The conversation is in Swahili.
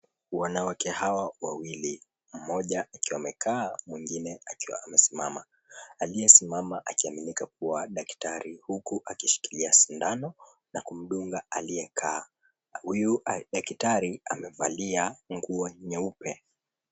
Wanawake hawa wawili, mmoja akiwa amekaa, mwingine akiwa amesimama. Aliye simama akiaminika kuwa daktari, huku akishikilia sindano na kumdunga aliyekaa. Huyu aliye daktari amevalia nguo nyeupe.